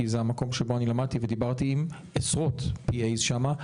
כי זה המקום שבו אני למדתי ודיברתי עם עשרות PA שם.